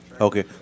Okay